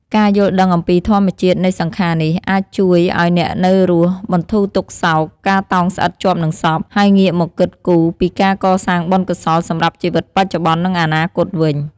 ការយល់ដឹងអំពីធម្មជាតិនៃសង្ខារនេះ អាចជួយឲ្យអ្នកនៅរស់បន្ធូរទុក្ខសោក ការតោងស្អិតជាប់នឹងសព ហើយងាកមកគិតគូរពីការកសាងបុណ្យកុសលសម្រាប់ជីវិតបច្ចុប្បន្ន និងអនាគតវិញ។